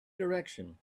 direction